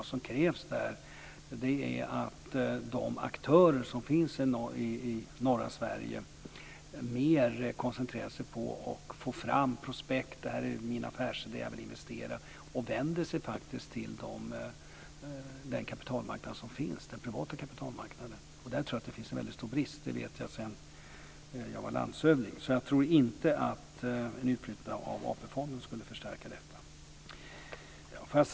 Vad som krävs där är att de aktörer som finns i norra Sverige mer koncentrerar sig på att få fram prospekt, på att säga: Det här är min affärsidé, jag vill investera, och på att vända sig till den kapitalmarknad som finns, den privata kapitalmarknaden. Där tror jag att det finns en stor brist. Det vet jag sedan jag var landshövding, så jag tror inte att en utflyttning av AP fonder skulle förstärka detta.